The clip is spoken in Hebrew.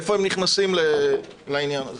איפה הם נכנסים לעניין הזה?